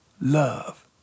love